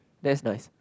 that's nice